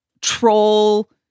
troll